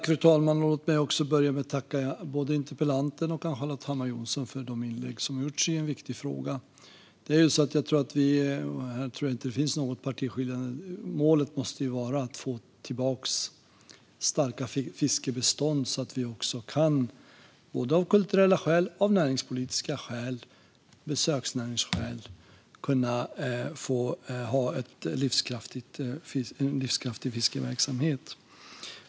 Fru talman! Låt mig börja med att också tacka både interpellanten och Ann-Charlotte Hammar Johnsson för de inlägg som har gjorts i en viktig fråga. Här tror jag inte att det finns något partiskiljande. Målet måste vara att få tillbaka starka fiskbestånd så att vi både av kulturella skäl, av näringspolitiska skäl och av besöksnäringsskäl kan ha en livskraftig fiskeverksamhet.